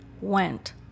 went